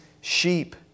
sheep